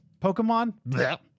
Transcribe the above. Pokemon